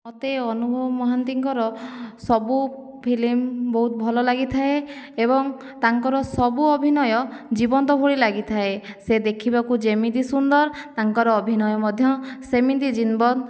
ମୋତେ ଅନୁଭବ ମହାନ୍ତିଙ୍କର ସବୁ ଫିଲିମ ବହୁତ ଭଲ ଲାଗିଥାଏ ଏବଂ ତାଙ୍କର ସବୁ ଅଭିନୟ ଜୀବନ୍ତ ଭଳି ଲାଗିଥାଏ ସେ ଦେଖିବାକୁ ଯେମିତି ସୁନ୍ଦର ତାଙ୍କର ଅଭିନୟ ମଧ୍ୟ ସେମିତି ଜୀବନ